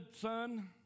son